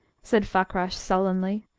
said fakrash, sullenly.